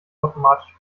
automatisch